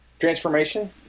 Transformation